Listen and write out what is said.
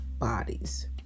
bodies